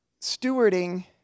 stewarding